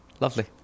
Lovely